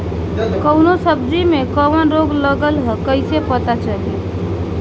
कौनो सब्ज़ी में कवन रोग लागल ह कईसे पता चली?